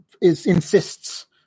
insists